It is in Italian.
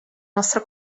nostra